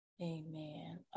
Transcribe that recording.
amen